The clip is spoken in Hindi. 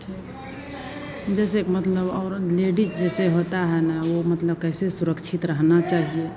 ठीक जैसे कि मतलब औरत लेडीज़ जैसे होता है न वो मतलब कैसे सुरक्षित रहना चाहिए